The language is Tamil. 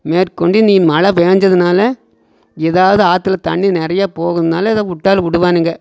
மேற்கொண்டு இனி மழை பெஞ்சிதுனாலே ஏதாவுது ஆற்றுல தண்ணி நிறையா போகுறனால ஏதா விட்டாலும் விடுவானுங்க